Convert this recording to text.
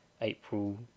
April